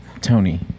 Tony